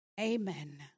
Amen